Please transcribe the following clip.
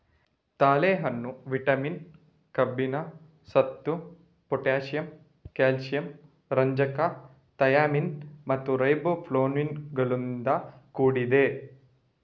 ತಾಳೆಹಣ್ಣು ವಿಟಮಿನ್, ಕಬ್ಬಿಣ, ಸತು, ಪೊಟ್ಯಾಸಿಯಮ್, ಕ್ಯಾಲ್ಸಿಯಂ, ರಂಜಕ, ಥಯಾಮಿನ್ ಮತ್ತು ರೈಬೋಫ್ಲಾವಿನುಗಳಿಂದ ಕೂಡಿದೆ